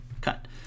cut